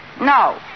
No